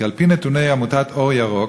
כי על-פי נתוני עמותת "אור ירוק",